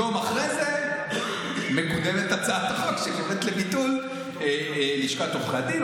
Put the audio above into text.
יום אחרי זה מקודמת הצעת החוק שקוראת לביטול לשכת עורכי הדין,